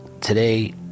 today